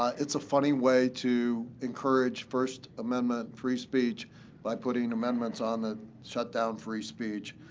it's a funny way to encourage first amendment free speech by putting amendments on that shut down free speech.